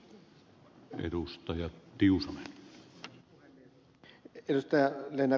arvoisa herra puhemies